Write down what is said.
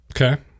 Okay